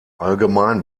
allgemein